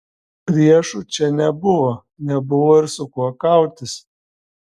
priešų čia nebuvo nebuvo ir su kuo kautis